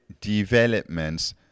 developments